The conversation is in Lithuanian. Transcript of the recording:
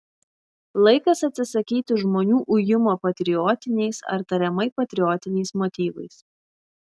laikas atsisakyti žmonių ujimo patriotiniais ar tariamai patriotiniais motyvais